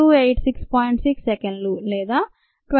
6 సెకన్లు లేదా 21